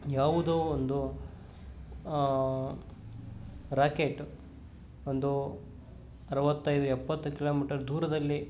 ಯಾವುದೋ ಒಂದು ರಾಕೆಟ್ ಒಂದು ಅರುವತ್ತೈದು ಎಪ್ಪತ್ತು ಕಿಲೋಮೀಟರ್ ದೂರದಲ್ಲಿ